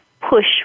push